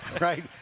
right